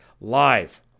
Live